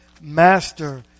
master